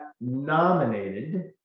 Nominated